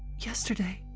yesterday,